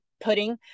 pudding